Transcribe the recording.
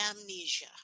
amnesia